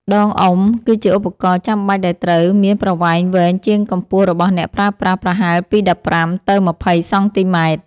ដងអុំ គឺជាឧបករណ៍ចាំបាច់ដែលត្រូវមានប្រវែងវែងជាងកម្ពស់របស់អ្នកប្រើប្រាស់ប្រហែលពី ១៥ ទៅ ២០ សង់ទីម៉ែត្រ។